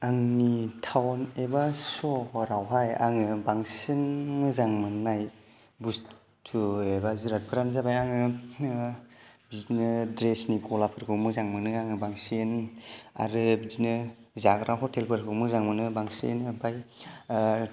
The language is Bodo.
आंनि टाउन एबा सहरावहाय आङो बांसिन मोजां मोननाय बुस्तु एबा जिरादफोरानो जाबाय आङो बिदिनो द्रेसनि गलाफोरखौ मोजां मोनो आङो बांसिन आरो बिदिनो जाग्रा हटेलफोरखौ मोजां मोनो बांसिन ओमफ्राय